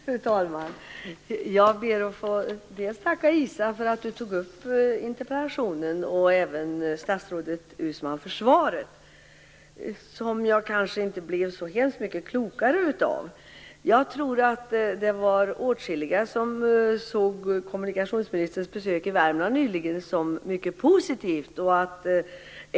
Fru talman! Jag vill tacka dels Isa Halvarsson för att hon tog upp interpellationen, dels statsrådet Uusmann för hennes svar, som jag dock kanske inte blev så hemskt mycket klokare av. Jag tror att åtskilliga såg kommunikationsministerns besök i Värmland nyligen som mycket positivt.